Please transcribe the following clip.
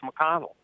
McConnell